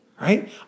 right